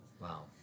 Wow